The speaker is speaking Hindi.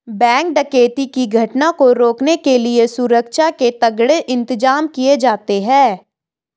बैंक डकैती की घटना को रोकने के लिए सुरक्षा के तगड़े इंतजाम किए जाते हैं